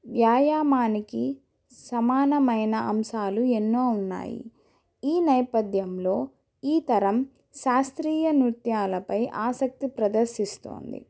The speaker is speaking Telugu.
వ్యాయామానికి సమానమైన అంశాలు ఎన్నో ఉన్నాయి ఈ నేపథ్యంలో ఈ తరం శాస్త్రీయ నృత్యాలపై ఆసక్తి ప్రదర్శిస్తోంది